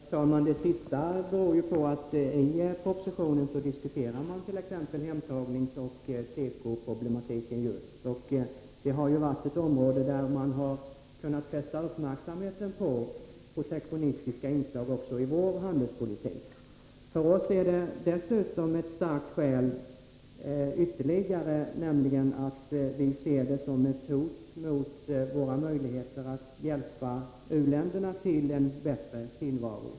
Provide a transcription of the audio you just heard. Herr talman! Det sista beror ju på att man i propositionen diskuterar just hemtagningsoch tekoproblematiken. På dessa områden har man kunnat fästa uppmärksamheten på protektionistiska inslag också i vår handelspolitik. Ett starkt skäl ytterligare för oss är att vi ser det såsom ett hot mot våra möjligheter att hjälpa u-länderna till en bättre tillvaro.